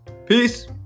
Peace